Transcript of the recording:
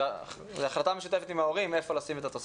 זו החלטה משותפת עם ההורים איפה לשים את התוספת.